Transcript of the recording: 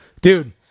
Dude